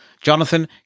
Jonathan